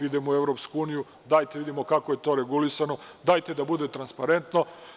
Idemo u EU, dajte da vidimo kako je to regulisano, dajte da bude transparentno.